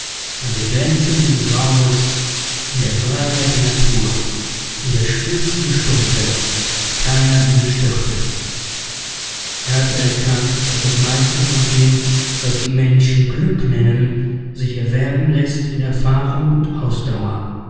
an den grenzen dieses raumes in der freiheit der natur in der stillsten stunde die keiner ihnen störte er hatte erkannt daß das meiste von dem was die menschen glück nennen sich erwerben läßt in erfahrung und ausdauer